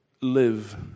live